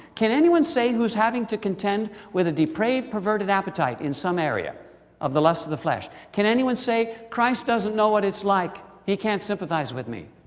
can anyone say who's having to contend with a depraved, perverted appetite in some area of the lusts of the flesh, can anyone say, christ doesn't know what it's like. he can't sympathize with me.